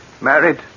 married